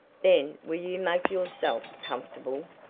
then will you make yourself comfortable?